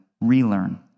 relearn